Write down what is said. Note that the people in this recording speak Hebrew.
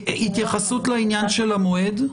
התייחסות לעניין של מועד.